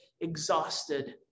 exhausted